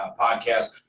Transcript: podcast